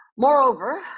Moreover